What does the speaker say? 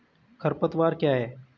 खरपतवार क्या है?